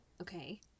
Okay